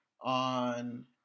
on